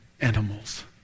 animals